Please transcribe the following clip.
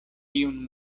tiun